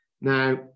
now